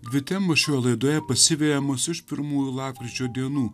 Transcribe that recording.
dvi temos šioje laidoje pasiveja mus iš pirmųjų lapkričio dienų